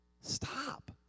stop